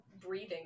breathing